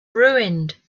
ruined